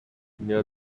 near